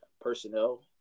personnel